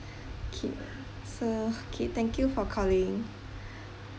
okay so okay thank you for calling